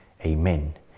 amen